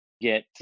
get